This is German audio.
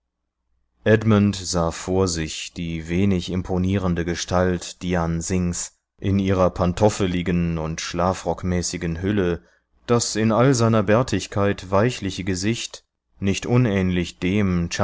edmund sah vor sich die wenig imponierende gestalt dhyan singhs in ihrer pantoffeligen und schlafrockmäßigen hülle das in all seiner bärtigkeit weichliche gesicht nicht unähnlich dem